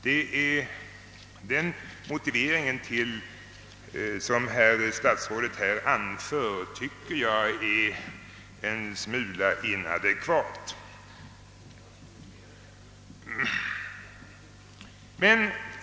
Den motivering som statsrådet här anför tycker jag är en smula inadekvat.